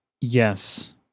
yes